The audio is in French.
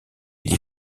des